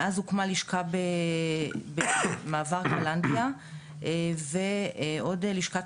מאז הוקמה לשכה במעבר קלנדיה ועוד לשכת